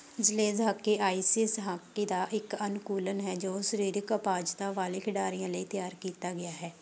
sledge hockey ice hockey ਦਾ ਇੱਕ ਅਨੁਕੂਲਣ ਹੈ ਜੋ ਸਰੀਰਕ ਅਪਾਹਜਤਾ ਵਾਲੇ ਖਿਡਾਰੀਆਂ ਲਈ ਤਿਆਰ ਕੀਤਾ ਗਿਆ ਹੈ